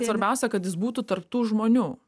svarbiausia kad jis būtų tarp tų žmonių